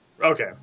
Okay